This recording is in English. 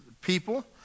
people